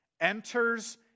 enters